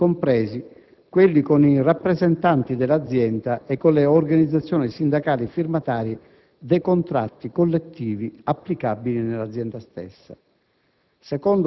ivi compresi quelli con i rappresentanti dell'azienda e con le organizzazioni sindacali firmatarie dei contratti collettivi applicabili nell'azienda stessa».